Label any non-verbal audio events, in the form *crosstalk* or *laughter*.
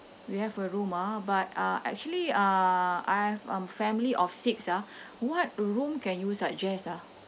you have a room ah but uh actually uh I have um family of six ah *breath* what room can you suggest ah